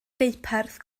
deuparth